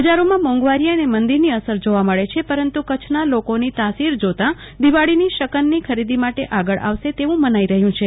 બજારોમાં મોંઘવારી અને મંદીની અસર જોવા મળે છે પરંતુ કચ્છના લોકોની તાસીર જોતા દિવાળીની શકનની ખરીદી માટે આગળ આવશે તેવુ મનાઈ રહ્યુ છે